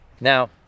Now